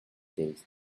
days